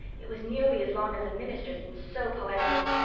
it was nearly as long as a minister's and so poetical.